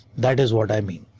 that is what i mean.